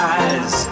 eyes